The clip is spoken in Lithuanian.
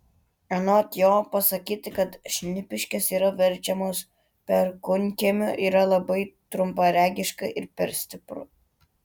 anot jo pasakyti kad šnipiškės yra verčiamos perkūnkiemiu yra labai trumparegiška ir per stipru